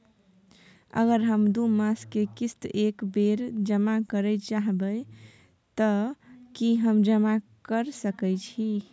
अगर हम दू मास के किस्त एक बेर जमा करे चाहबे तय की हम जमा कय सके छि?